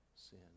sin